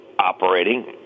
operating